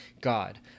God